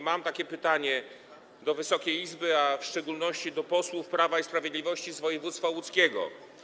Mam pytanie do Wysokiej Izby, w szczególności do posłów Prawa i Sprawiedliwości z województwa łódzkiego.